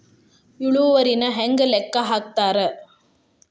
ಇಳುವರಿನ ಹೆಂಗ ಲೆಕ್ಕ ಹಾಕ್ತಾರಾ